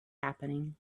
happening